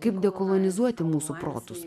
kaip dekolonizuoti mūsų protus